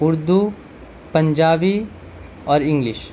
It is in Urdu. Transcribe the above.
اردو پنجابی اور انگلش